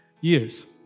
years